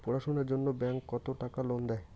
পড়াশুনার জন্যে ব্যাংক কত টাকা লোন দেয়?